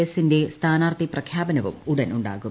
എസിന്റെ സ്സ്റ്റ്ന്റാർത്ഥി പ്രഖ്യാപനവും ഉടൻ ഉണ്ടാകും